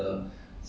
okay